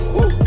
Woo